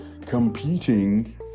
competing